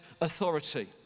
authority